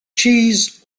cheese